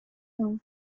come